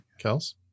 Kels